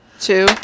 Two